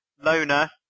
Loner